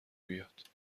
بیاد